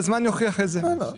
והזמן יוכיח את זה.